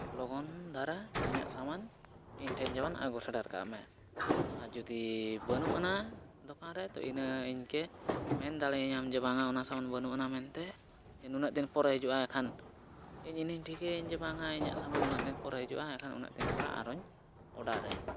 ᱞᱚᱜᱚᱱ ᱫᱷᱟᱨᱟ ᱤᱧᱟᱹᱜ ᱥᱟᱢᱟᱱ ᱤᱧᱴᱷᱮᱱ ᱡᱮᱢᱚᱱ ᱟᱹᱜᱩ ᱥᱮᱨᱮᱴ ᱠᱟᱜᱢᱟᱭ ᱟᱨ ᱡᱩᱫᱤ ᱵᱟᱹᱱᱩᱜ ᱟᱱᱟ ᱫᱚᱠᱟᱱ ᱨᱮ ᱛᱚ ᱤᱱᱟᱹ ᱤᱱᱠᱟᱹ ᱢᱮᱱ ᱫᱟᱲᱮᱭᱤᱧᱟᱢ ᱡᱮ ᱵᱟᱝᱼᱟ ᱡᱮ ᱚᱱᱟ ᱥᱟᱢᱟᱱ ᱵᱟᱹᱱᱩᱜ ᱟᱱᱟ ᱢᱮᱱᱛᱮ ᱱᱩᱱᱟᱹᱜ ᱫᱤᱱ ᱯᱚᱨᱮ ᱦᱤᱡᱩᱜᱼᱟ ᱠᱷᱟᱱ ᱤᱧ ᱤᱱᱟᱹᱧ ᱴᱷᱤᱠᱟᱹᱭᱟ ᱡᱮ ᱵᱟᱝᱼᱟ ᱤᱧᱟᱹᱜ ᱥᱟᱢᱟᱱ ᱩᱱᱟᱹᱜ ᱫᱤᱱ ᱯᱚᱨᱮ ᱦᱤᱡᱩᱜᱼᱟ ᱮᱱᱠᱷᱟᱱ ᱩᱱᱟᱹᱜ ᱫᱤᱱ ᱯᱚᱨᱮ ᱟᱨᱚᱧ ᱚᱰᱟᱨᱟᱹᱧ